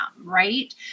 right